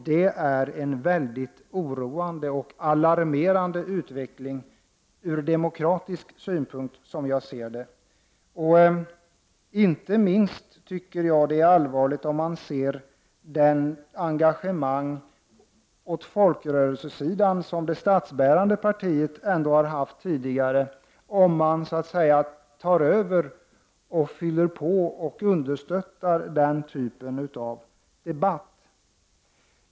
Det är, som jag ser det, ur demokratisk synpunkt, en mycket oroande och alarmerande utveckling. Inte minst tycker jag att det är allvarligt, om man nu ser på det engagemang på folkrörelsesidan som det statsbärande partiet ändå har haft tidigare, om man så att säga tar över och stöttar den typen av debatter.